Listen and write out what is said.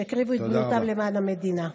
שהקריבו את בריאותם למען המדינה.